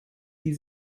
sie